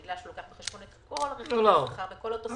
בגלל שהוא לוקח בחשבון את כל הרכיבים ואת כל התוספות.